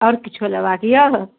आओर किछु लेबाके अइ